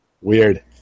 Weird